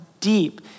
deep